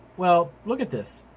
well, look at this,